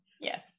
Yes